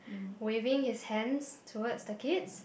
waving his hands towards the kids